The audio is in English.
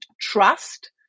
trust